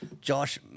Josh